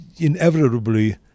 inevitably